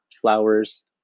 flowers